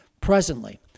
presently